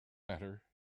matter